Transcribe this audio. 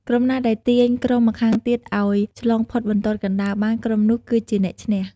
ក្រុមណាដែលទាញក្រុមម្ខាងទៀតឱ្យឆ្លងផុតបន្ទាត់កណ្ដាលបាន ក្រុមនោះគឺជាអ្នកឈ្នះ។